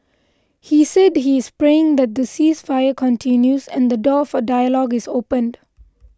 he said he is praying that the ceasefire continues and the door for dialogue is opened